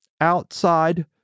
outside